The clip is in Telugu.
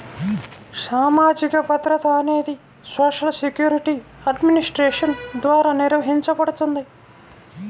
సామాజిక భద్రత అనేది సోషల్ సెక్యూరిటీ అడ్మినిస్ట్రేషన్ ద్వారా నిర్వహించబడుతుంది